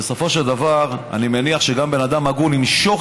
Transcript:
בסופו של דבר אני מניח שגם בן אדם הגון ימשוך